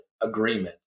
agreement